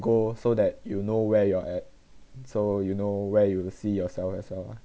goal so that you know where you're at so you know where you see yourself as well lah